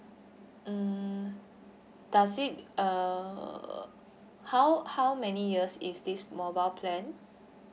mm does it uh how how many years is this mobile plan